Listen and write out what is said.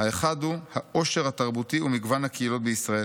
האחד הוא העושר התרבותי ומגוון הקהילות בישראל,